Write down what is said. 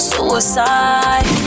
Suicide